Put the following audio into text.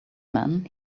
man